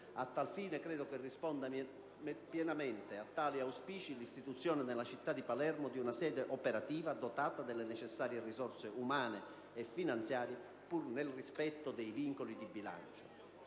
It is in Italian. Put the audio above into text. A tal fine, credo che risponda pienamente a tali auspici l'istituzione, nella città di Palermo, di una sede operativa, dotata delle necessarie risorse umane e finanziarie, pur nel rispetto dei vincoli di bilancio.